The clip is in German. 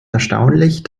erstaunlich